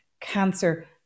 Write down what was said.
cancer